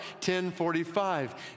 10:45